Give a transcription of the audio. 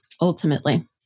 ultimately